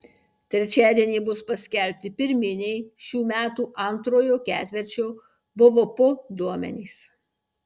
trečiadienį bus paskelbti pirminiai šių metų antrojo ketvirčio bvp duomenys